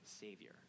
savior